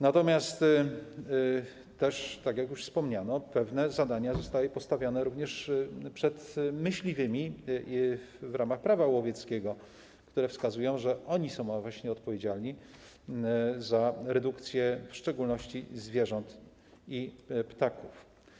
Natomiast, tak jak już wspomniano, pewne zadania zostały postawione również przed myśliwymi w ramach Prawa łowieckiego, poprzez które wskazuje się, że właśnie oni są odpowiedzialni za redukcję w szczególności zwierząt i ptaków.